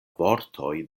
vortoj